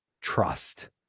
trust